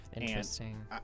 Interesting